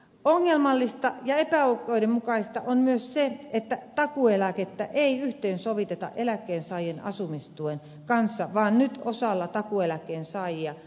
ongelmallista ja epäoikeudenmukaista on myös se että takuueläkettä ei yhteensoviteta eläkkeensaajien asumistuen kanssa vaan nyt osalla takuueläkkeen saajia asumistuki pienenee